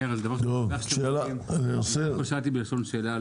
מאיר, לא שאלתי בלשון שאלה.